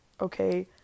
okay